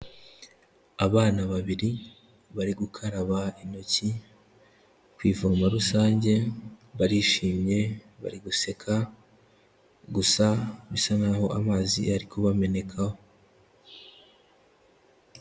Abana babiri bari gukaraba intoki ku ivomo rusange, barishimye bari guseka gusa bisa n'aho amazi ari kubamenekaho.